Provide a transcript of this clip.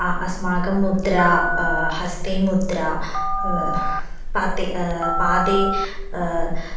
अस्माकं मुद्रा हस्ते मुद्रा पादे पादे